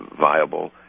viable